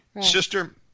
Sister